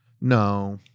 No